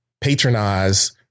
patronize